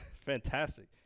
Fantastic